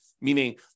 meaning